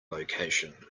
location